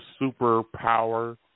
superpower